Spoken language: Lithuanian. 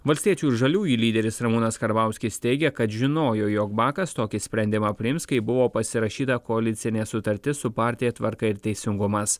valstiečių ir žaliųjų lyderis ramūnas karbauskis teigia kad žinojo jog bakas tokį sprendimą priims kai buvo pasirašyta koalicinė sutartis su partija tvarka ir teisingumas